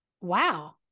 wow